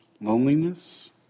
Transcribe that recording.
loneliness